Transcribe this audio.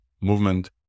movement